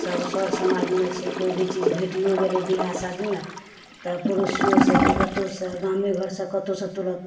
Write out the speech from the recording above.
सब सर समाजमे छै कोइ भी चीज घटियो गेलै बिआह शादीमे तऽ पड़ोसियो से की कत्तहुँ से की गामे घर से कतहुँ से तुरत